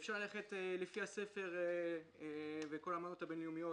אפשר ללכת לפי הספר וכל האמנות הבין-לאומיות.